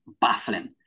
baffling